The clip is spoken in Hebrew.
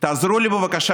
תעזרו לי בבקשה,